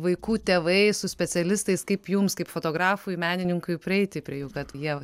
vaikų tėvais su specialistais kaip jums kaip fotografui menininkui prieiti prie jų kad jie